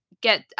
get